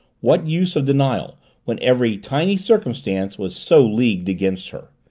what use of denial when every tiny circumstance was so leagued against her?